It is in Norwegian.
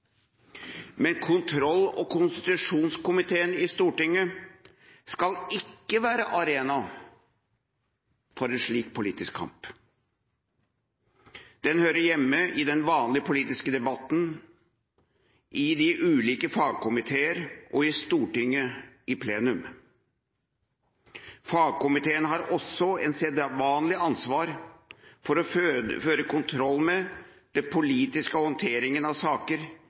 men kontroll- og konstitusjonskomiteen i Stortinget skal ikke være arena for en slik politisk kamp. Den hører hjemme i den vanlige politiske debatten, i de ulike fagkomiteer og i Stortinget i plenum. Fagkomiteene har også et sedvanlig ansvar for å føre kontroll med den politiske håndteringen av saker